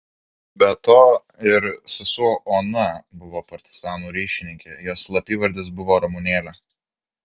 be to ir sesuo ona buvo partizanų ryšininkė jos slapyvardis buvo ramunėlė